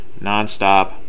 nonstop